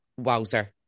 wowser